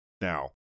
Now